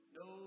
no